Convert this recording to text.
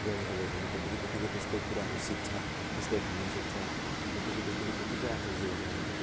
game खेल्यो भने त्यत्तिकै त्यत्तिकै त्यस्तै कुराहरू सिक्छ त्यस्तै खानु सिक्छ त्यत्तिकै त्यत्तिकै त्यत्तिकै आफ्नो जीवन जान्छ